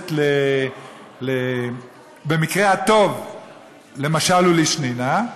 הכנסת במקרה הטוב למשל ולשנינה,